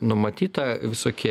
numatyta visokie